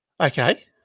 Okay